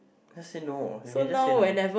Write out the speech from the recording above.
just say no you can just say no